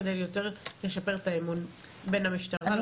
כדי לשפר את האמון בין המשטרה למגזר הערבי.